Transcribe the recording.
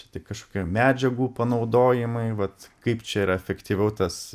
čia tik kažkokie medžiagų panaudojimai vat kaip čia yra efektyviau tas